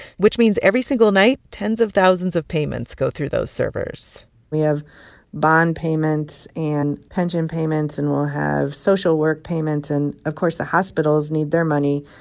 which means every single night, tens of thousands of payments go through those servers we have bond payments and pension payments. and we'll have social work payments. and, of course, the hospitals need their money.